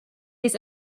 his